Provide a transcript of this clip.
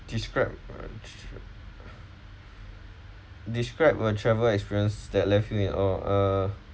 describe describe a travel experience that left you in awe uh